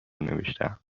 نوشتهام